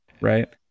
right